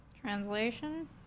Translation